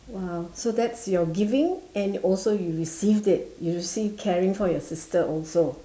!wow! so that's your giving and also you received it you receive caring for your sister also